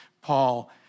Paul